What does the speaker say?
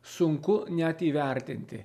sunku net įvertinti